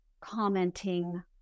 commenting